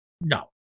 no